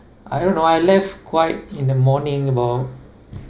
I don't know I left quite in the morning about